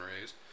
raised